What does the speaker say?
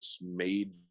made